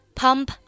pump